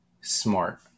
smart